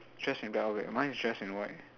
dress in black okay mine is dress in white